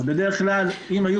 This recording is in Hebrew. אז בדרך כלל אם היו